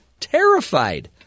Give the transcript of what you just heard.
terrified